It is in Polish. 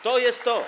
To jest to.